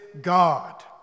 God